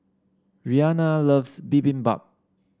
Rianna loves Bibimbap